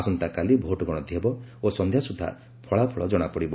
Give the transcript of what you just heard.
ଆସନ୍ତା କାଲି ଭୋଟ୍ ଗଶତି ହେବ ଓ ସନ୍ଧ୍ୟାସୁଦ୍ଧା ଫଳାଫଳ ଜଣାପଡ଼ିଯିବ